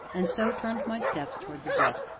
and so turned my steps towards the brook,